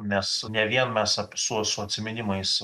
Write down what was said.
nes ne vien mes su su atsiminimais